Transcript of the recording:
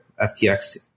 FTX